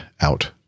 out